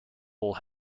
hull